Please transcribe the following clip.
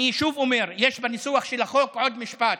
אני שוב אומר: יש בניסוח של החוק, עוד משפט,